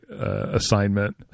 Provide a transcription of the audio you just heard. assignment